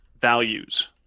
values